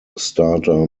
starter